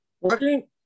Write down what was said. Working